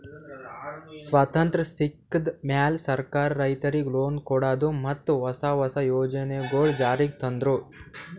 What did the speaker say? ಸ್ವತಂತ್ರ್ ಸಿಕ್ಕಿದ್ ಮ್ಯಾಲ್ ಸರ್ಕಾರ್ ರೈತರಿಗ್ ಲೋನ್ ಕೊಡದು ಮತ್ತ್ ಹೊಸ ಹೊಸ ಯೋಜನೆಗೊಳು ಜಾರಿಗ್ ತಂದ್ರು